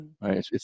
right